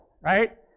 Right